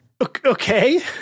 Okay